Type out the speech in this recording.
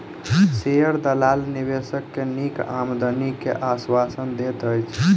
share दलाल निवेशक के नीक आमदनी के आश्वासन दैत अछि